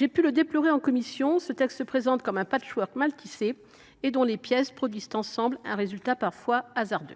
de le déplorer en commission : ce texte se présente comme un patchwork mal tissé, dont les pièces produisent ensemble un résultat parfois hasardeux.